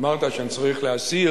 אמרת שאני צריך להסיר